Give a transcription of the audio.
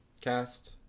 cast